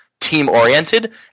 team-oriented